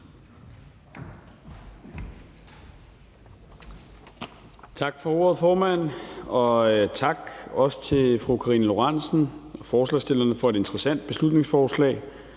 Tak for ordet, formand, og også tak til fru Karina Lorentzen Dehnhardt og forslagsstillerne i øvrigt for et interessant beslutningsforslag.